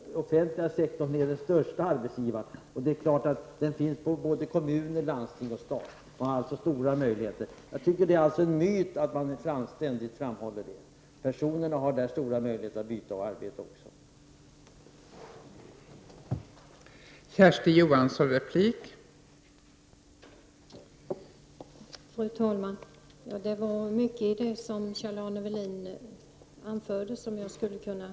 Den offentliga sektorn är den störste arbetsgivaren, men den består av stat, landsting och kommuner, och de anställda har stora möjligheter att byta arbete inom de områdena.